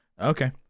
Okay